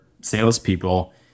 salespeople